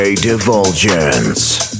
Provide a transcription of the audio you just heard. Divulgence